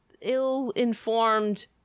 ill-informed